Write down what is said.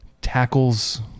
tackles